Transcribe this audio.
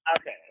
Okay